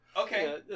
Okay